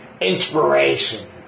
inspiration